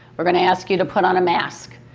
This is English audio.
we're going to ask you to put on a mask.